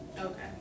Okay